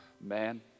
man